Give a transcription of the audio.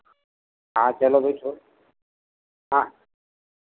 हाँ चलो बैठो हाँ